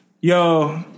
Yo